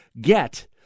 get